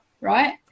right